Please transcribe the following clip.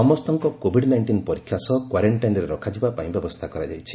ସମସ୍ତଙ୍କ COVID nineteen ପରୀକ୍ଷା ସହ କ୍ୱାରେଣ୍ଟାଇନ୍ରେ ରଖାଯିବାପାଇଁ ବ୍ୟବସ୍ଥା କରାଯାଇଛି